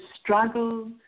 struggle